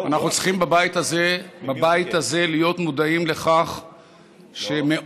אנחנו צריכים בבית הזה להיות מודעים לכך שמאות